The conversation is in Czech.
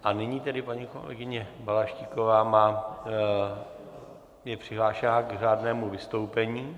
A nyní tedy paní kolegyně Balaštíková je přihlášena k řádnému vystoupení.